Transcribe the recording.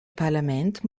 parlament